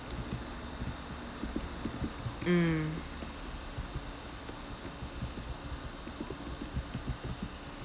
mm